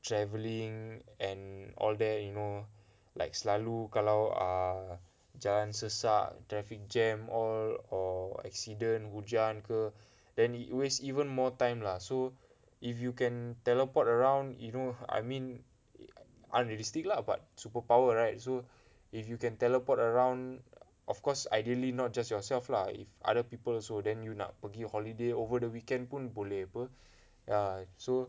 travelling and all that you know like selalu kalau err jalan sesak traffic jam or accident hujan ke then you waste even more time lah so if you can teleport around you know I mean unrealistic lah but superpower right so if you can teleport around of course ideally not just yourself lah if other people also then you nak pergi holiday over the weekend pun boleh apa err so